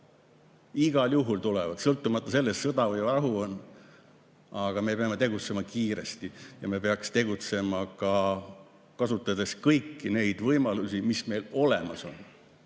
Igal juhul tulevad, sõltumata sellest, kas on sõda või rahu. Me peame tegutsema kiiresti. Ja me peaksime tegutsema ka kasutades kõiki neid võimalusi, mis meil olemas on.